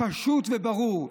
פשוט וברור,